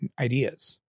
ideas